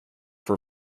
for